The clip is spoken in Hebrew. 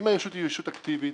אם הישות היא ישות אקטיבית,